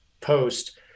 post